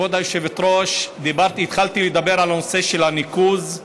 כבוד היושבת-ראש, התחלתי לדבר על הנושא של הניקוז.